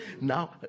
now